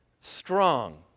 strong